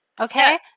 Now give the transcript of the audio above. okay